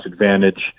advantage